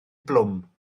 blwm